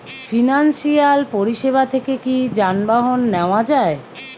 Financial পরিসেবা থেকে কি যানবাহন নেওয়া যায়?